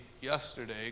yesterday